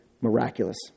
miraculous